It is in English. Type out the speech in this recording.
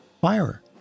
fire